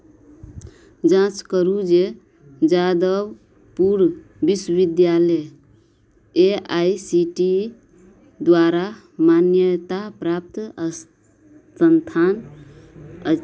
जाँच करू जे यादवपुर विश्वविद्यालय ए आई सी टी द्वारा मान्यता प्राप्त अस् संस्थान अछि